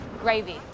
gravy